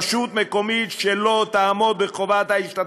באלימות מילולית וגופנית שמופנית כלפיהם על רקע דת,